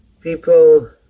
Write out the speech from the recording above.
people